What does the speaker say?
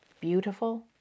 beautiful